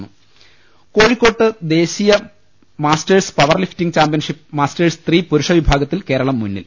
രുട്ടിട്ട്ട്ട്ട്ട്ട കോഴിക്കോട്ട് ദേശീയ masters power lifting championship masters three പുരുഷ വിഭാഗത്തിൽ കേരളം മുന്നിൽ